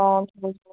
অঁ